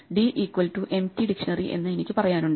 D equal to empty dictionary എന്ന് എനിക്ക് പറയാനുണ്ട്